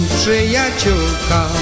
przyjaciółka